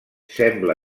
sembla